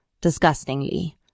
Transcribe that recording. Disgustingly